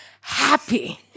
happy